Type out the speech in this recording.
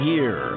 Year